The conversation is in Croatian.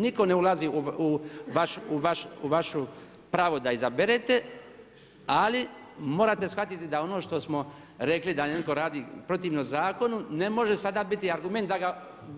Nitko ne ulazi u vaše pravo da izaberete ali morate shvatiti da ono što smo rekli da netko radi protivno zakonu, ne može sada biti argument